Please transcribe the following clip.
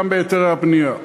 גם בהיתרי הבנייה.